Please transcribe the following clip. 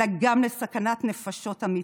אלא גם לסכנת נפשות אמיתית.